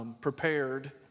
Prepared